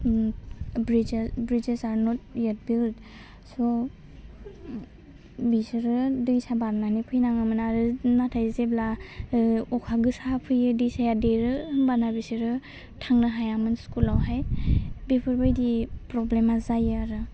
Om bridge are bridges are not yet पिल सह बिसोरो दैसा बारनानै फैनाङोमोन आरो नाथाय जेब्ला ओह अखा गोसा फैयो दैसाया देरो होनबाना बिसोरो थांनो हायामोन स्कुलावहाय बेफोर बायदि प्रब्लेमा जायो आरो